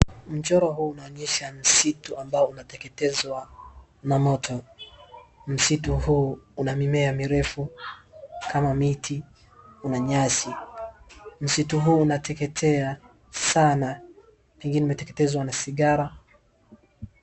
Mchoro huu unaonyesha msitu ambao unateketezwa na moto. Msitu huu una mimea mirefu kama miti, una nyasi. Msitu huu unateketea sana, pengine umeteketezwa na sigara.